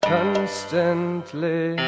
Constantly